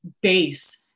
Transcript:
base